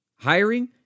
Hiring